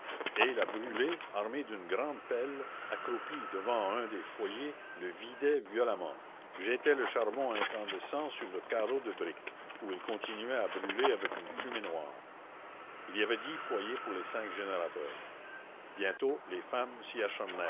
et la brûlé armée d'une grande pelle accroupie devant un des foyers le vidait violemment jetait le charbon incandescent sur le carreau de briques où il continuait à brûler avec une fumée noire il y avait dix foyers pour les cinq générateurs bientôt les femmes s'y